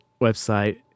website